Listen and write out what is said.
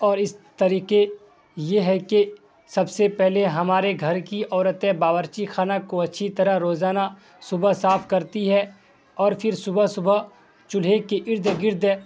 اور اس طریقے یہ ہے کہ سب سے پہلے ہمارے گھر کی عورتیں باورچی خانہ کو اچھی طرح روزانہ صبح صاف کرتی ہے اور پھر صبح صبح چولہے کے ارد گرد